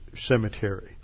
cemetery